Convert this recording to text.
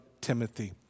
Timothy